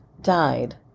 died